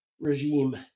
regime